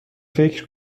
فکر